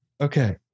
Okay